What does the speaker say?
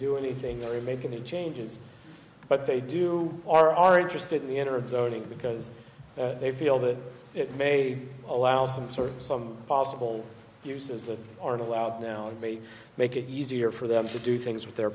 do anything or make any changes but they do are are interested in the interest because they feel that it may allow some sort of some possible uses that aren't allowed now and may make it easier for them to do things with their